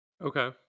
Okay